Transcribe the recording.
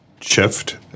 shift